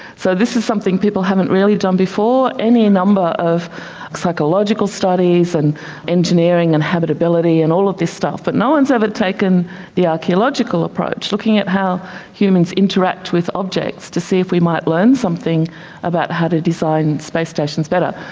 so this is something people haven't really done before. any number of psychological studies and engineering and habitability and all of this stuff, but no one has ever taken the archaeological approach, looking at how humans interact with objects to see if we might learn something about how to design space stations better.